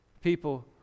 People